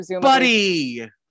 buddy